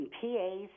PAs